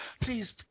please